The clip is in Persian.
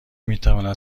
میتواند